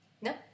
No